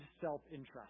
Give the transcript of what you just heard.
self-interest